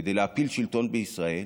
כדי להפיל שלטון בישראל,